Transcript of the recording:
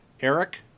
Eric